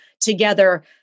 together